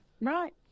Right